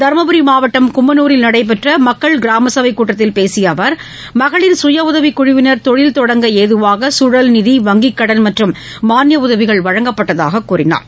தரும்புரி மாவட்டம் கும்மனூரில் நடைபெற்ற மக்கள் கிராம சபை கூட்டத்தில் பேசிய அவர் மகளிர் சுய உதவிக்குழுவினர் தொழில் தொடங்க ஏதுவாக கழல் நிதி வங்கிக் கடன் மற்றும் மானிய உதவிகள் வழங்கப்பட்டதாக கூறினார்